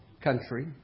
country